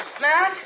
Matt